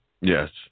Yes